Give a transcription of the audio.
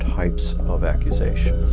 types of accusation